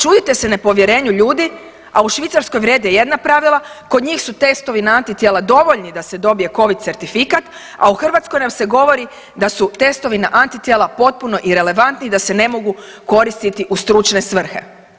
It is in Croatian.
Čuje se o nepovjerenju ljudi a u Švicarskoj vrijede jedna pravila, kod njih su testovi na antitijela dovoljni da se dobije COVID certifikat a u Hrvatskoj nam se govori da su testovi na antitijela potpuno irelevantni i da se ne mogu koristiti u stručne svrhe.